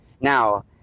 now